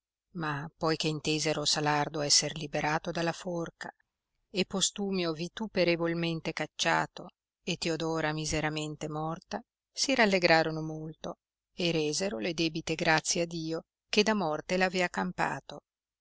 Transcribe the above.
ma poi che intesero salardo esser liberato dalla forca e postumio vituperevolmente cacciato e teodora miseramente morta si rallegrarono molto e resero le debite grazie a dio che da morte l'avea campato